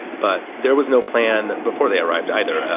but there was no plan before they arrived either.